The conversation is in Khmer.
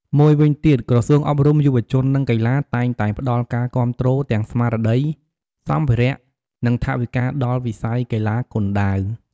មួយវិញទៀត ក្រសួងអប់រំ យុវជន និងកីឡា តែងតែផ្តល់ការគាំទ្រទាំងស្មារតី សម្ភារៈ និងថវិកាដល់វិស័យកីឡាគុនដាវ។